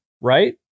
right